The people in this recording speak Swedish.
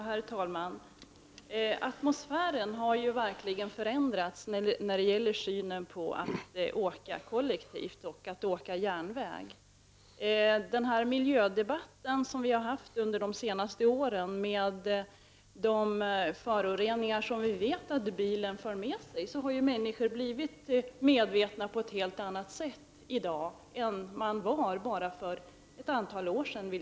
Herr talman! Atmosfären har verkligen förändrats när det gäller synen på detta med att åka tåg, åka kollektivt. I och med den miljödebatt som har förts under de senare åren om de föroreningar som vi vet att bilar bidrar till har människor blivit medvetna på ett helt annat sätt i jämförelse med hur det var för bara ett antal år sedan.